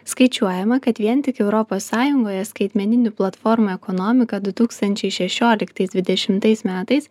skaičiuojama kad vien tik europos sąjungoje skaitmeninių platformų ekonomika du tūkstančiai šešioliktais dvidešimtais metais